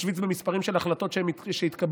משוויץ במספרים של החלטות שהתקבלו.